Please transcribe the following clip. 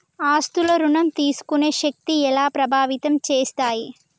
ఆస్తుల ఋణం తీసుకునే శక్తి ఎలా ప్రభావితం చేస్తాయి?